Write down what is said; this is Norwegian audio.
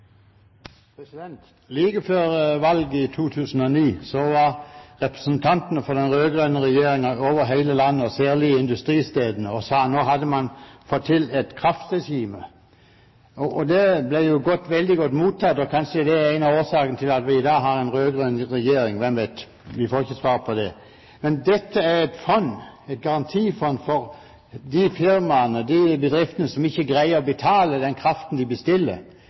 regjeringen. Like før valget i 2009 var representantene for den rød-grønne regjeringen over hele landet, og særlig på industristedene, og sa at nå hadde man fått til et kraftregime. Det ble veldig godt mottatt, og kanskje det er en av årsakene til at vi i dag har en rød-grønn regjering – hvem vet? Vi får ikke svar på det. Dette er et fond, et garantifond, for de firmaene, de bedriftene som ikke greier å betale den kraften de bestiller.